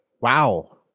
Wow